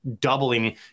doubling